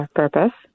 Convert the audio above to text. purpose